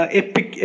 epic